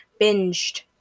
binged